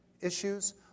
issues